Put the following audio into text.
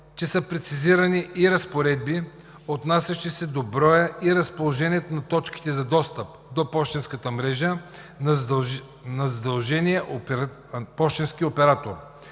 разположението на точките за достъп до пощенската мрежа на задължения пощенски оператор.